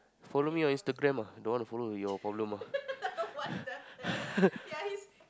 follow me on Instagram lah don't want to follow your problem lah